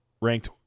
ranked